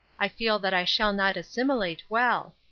i feel that i shall not assimilate well.